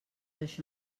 això